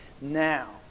now